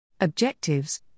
Objectives